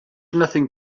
nothing